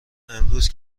امروز